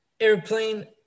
Airplane